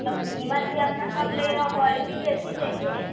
मतलब कीमत भी आपका कम लगेगा और क्वालिटी भी अच्छी चाहिए